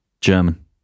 German